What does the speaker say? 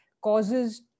causes